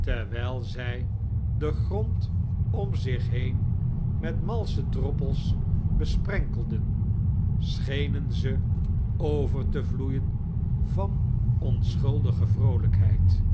terwijl zij den grond om zich been met malscbe droppels bespremkelden schenen ze over te vloeien van oneehuldige vroolijkheid